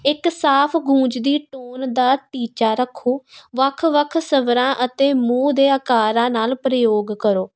ਇੱਕ ਸਾਫ਼ ਗੂੰਜਦੀ ਟੂਨ ਦਾ ਟੀਚਾ ਰੱਖੋ ਵੱਖ ਵੱਖ ਸਵਰਾਂ ਅਤੇ ਮੂੰਹ ਦੇ ਆਕਾਰਾਂ ਨਾਲ ਪ੍ਰਯੋਗ ਕਰੋ